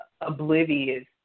oblivious